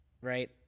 right